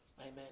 Amen